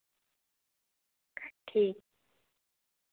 ठीक